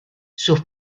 sus